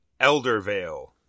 Eldervale